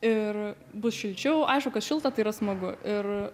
ir bus šilčiau aišku kas šilta tai yra smagu ir